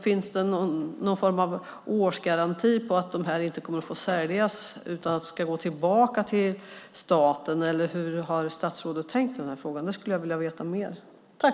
Finns det någon form av årsgaranti på att de inte kommer att säljas utan ska gå tillbaka till staten? Hur har statsrådet tänkt i frågan?